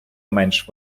менш